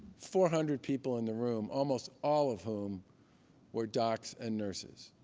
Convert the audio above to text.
four hundred people in the room, almost all of whom were docs and nurses.